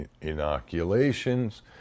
inoculations